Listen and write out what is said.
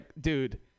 dude